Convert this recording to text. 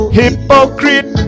hypocrite